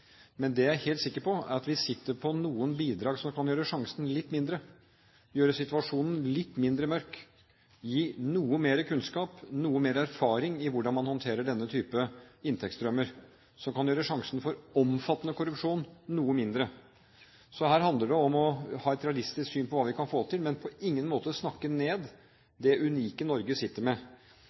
Men det jeg er helt sikker på, er at vi sitter på noen bidrag som kan gjøre sannsynligheten litt mindre, gjøre situasjonen litt mindre mørk, gi noe mer kunnskap, og med noe mer erfaring i hvordan man håndterer denne type inntektsstrømmer, som kan gjøre sannsynligheten for omfattende korrupsjon noe mindre. Her handler det om å ha et realistisk syn på hva vi kan få til, men på ingen måte snakke ned det unike Norge sitter med.